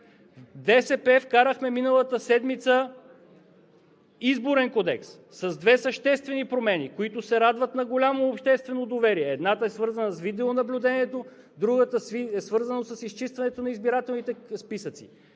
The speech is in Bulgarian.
От БСП миналата седмица вкарахме Изборен кодекс с две съществени промени, които се радват на голямо обществено доверие. Едната е свързана с видео наблюдението, другата е свързана с изчистването на избирателните списъци.